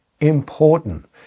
important